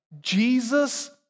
Jesus